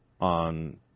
on